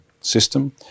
system